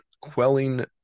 quelling